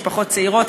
משפחות צעירות,